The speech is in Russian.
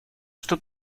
что